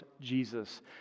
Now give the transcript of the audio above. Jesus